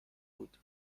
بود